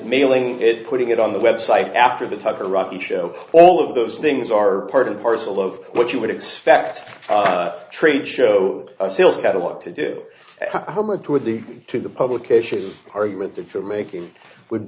mailing it putting it on the website after the top or rocky show all of those things are part and parcel of what you would expect trade show sales catalog to do how much it would be to the publication argument that for making would